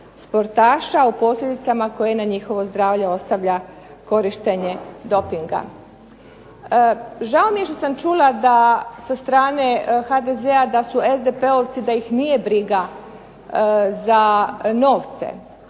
sportaša o posljedicama koje na njihovo zdravlje ostavlja korištenje dopinga. Žao mi što sam čula sa strane HDZ-a, da su SDP-ovci da ih nije briga za novce.